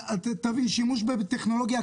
שימוש בטכנולוגיה,